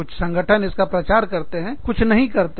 कुछ संगठन इसका प्रचार करते हैं कुछ नहीं करते